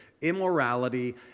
immorality